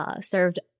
served